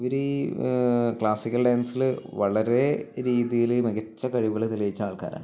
ഇവര് ക്ലാസിക്കൽ ഡാൻസില് വളരെ രീതിയില് മികച്ച കഴിവുകള് തെളിയിച്ച ആൾക്കാരാണ്